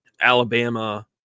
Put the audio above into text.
Alabama